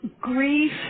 Grief